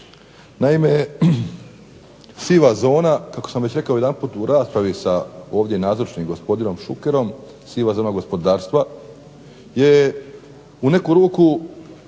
Naime, siva zona kako sam već rekao jedanput u raspravi sa ovdje nazočnim gospodinom Šukerom, siva zona gospodarstva je u neku ruku